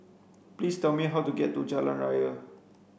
please tell me how to get to Jalan Raya